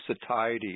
satiety